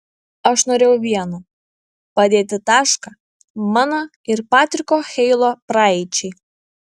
aš norėjau vieno padėti tašką mano ir patriko heilo praeičiai